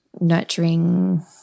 nurturing